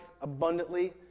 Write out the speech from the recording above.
abundantly